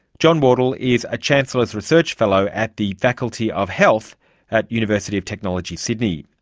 jon wardle is a chancellor's research fellow at the faculty of health at university of technology, sydney.